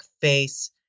face